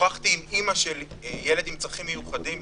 שוחחתי עם אימא של ילד עם צרכים מיוחדים,